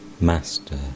Master